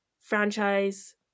franchise